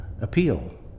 appeal